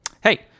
Hey